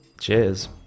Cheers